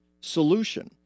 solution